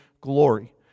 glory